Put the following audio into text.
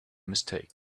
mistake